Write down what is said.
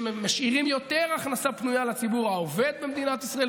שמשאירים יותר הכנסה פנויה לציבור העובד במדינת ישראל.